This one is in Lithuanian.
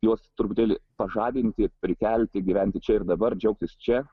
juos truputėlį pažadinti prikelti gyventi čia ir dabar džiaugtis čia